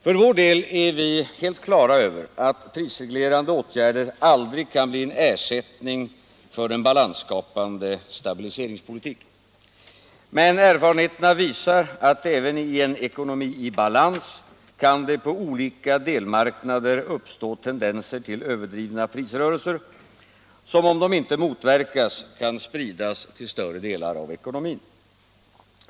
För vår del är vi helt klara över att prisreglerande åtgärder aldrig kan bli en ersättning för en balansskapande stabiliseringspolitik. Men erfarenheterna visar att även i en ekonomi i balans kan det på olika delmarknader uppstå tendenser till överdrivna prisrörelser som, om de inte motverkas, kan spridas till större delar av ekonomin.